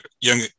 Young